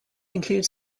include